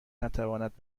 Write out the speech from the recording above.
نتواند